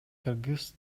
кыргыз